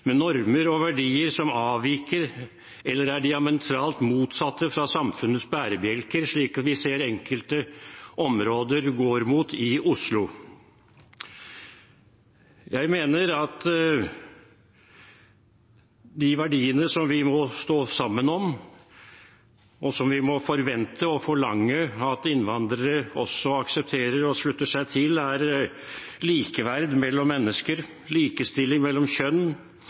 med normer og verdier som avviker eller er diametralt motsatte av samfunnets bærebjelker, slik vi ser enkelte områder i Oslo går mot. Jeg mener at de verdiene vi må stå sammen om, og som vi må forvente og forlange at innvandrere også aksepterer og slutter seg til, er likeverd mellom mennesker, likestilling mellom kjønn,